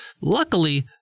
Luckily